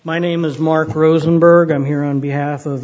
my name is mark rosenberg i'm here on behalf of